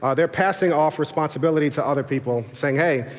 ah they're passing off responsibility to other people saying, hey,